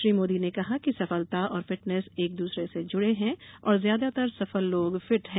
श्री मोदी ने कहा कि सफलता और फिटनेस एक दूसरे से जुड़े हैं और ज्यादातर सफल लोग फिट हैं